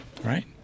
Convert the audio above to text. Right